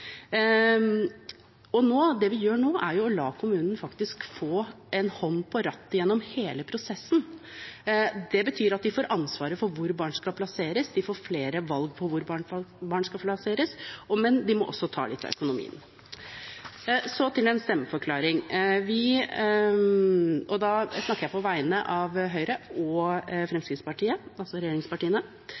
gjør nå, er å la kommunen faktisk få en hånd på rattet gjennom hele prosessen. Det betyr at de får ansvaret for hvor barn skal plasseres, de får flere valg med hensyn til hvor barn skal plasseres, men de må også ta litt av økonomien. Så en stemmeforklaring – og da snakker jeg på vegne av Høyre og Fremskrittspartiet, altså regjeringspartiene: